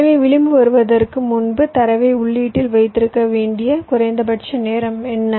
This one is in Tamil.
எனவே விளிம்பு வருவதற்கு முன்பு தரவை உள்ளீட்டில் வைத்திருக்க வேண்டிய குறைந்தபட்ச நேரம் என்ன